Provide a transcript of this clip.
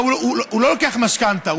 הוא לא לוקח משכנתה,